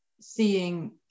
seeing